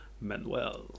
Manuel